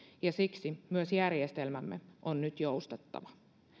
ja siksi myös järjestelmämme on nyt joustettava